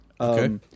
Okay